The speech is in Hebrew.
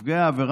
עליו.